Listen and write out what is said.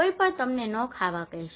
કોઈ પણ તમને ન ખાવા કહેશે